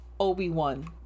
Obi-Wan